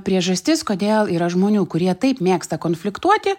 priežastis kodėl yra žmonių kurie taip mėgsta konfliktuoti